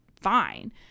fine